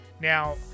Now